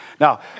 Now